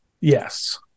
Yes